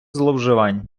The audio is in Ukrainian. зловживань